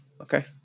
Okay